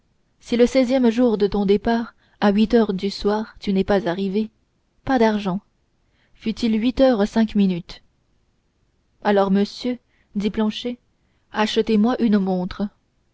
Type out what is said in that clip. si le seizième jour de ton départ à huit heures du soir tu n'es pas arrivé pas d'argent fût-il huit heures cinq minutes alors monsieur dit planchet achetez-moi une montre